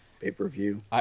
pay-per-view